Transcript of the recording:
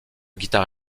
guitare